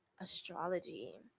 astrology